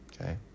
Okay